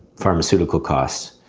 pharmaceutical costs,